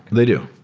they do.